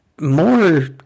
more